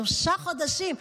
שלושה חודשים.